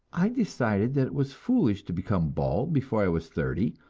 i decided that it was foolish to become bald before i was thirty,